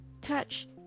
touch